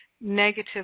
negative